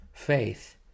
faith